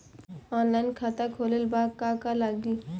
Online खाता खोलबाबे ला का का लागि?